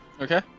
Okay